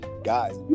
Guys